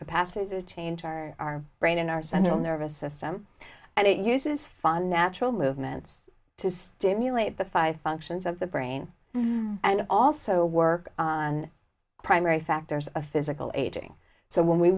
capacity to change our brain and our central nervous system and it uses fun natural movements to stimulate the five functions of the brain and also work on primary factors of physical aging so when we